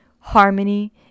harmony